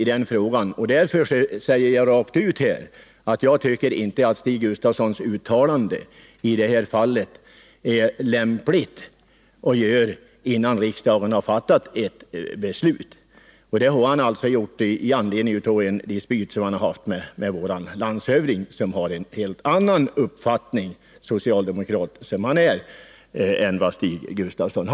Jag säger därför rakt på sak att jag inte tycker att det är lämpligt att innan riksdagen fattat sitt beslut göra ett sådant uttalande som Stig Gustafsson gjort. Han har gjort det med anledning av en dispyt han haft med vår landshövding, som — socialdemokrat som han är! — har en helt annan uppfattning på den här punkten än Stig Gustafsson.